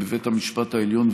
בבית המשפט העליון,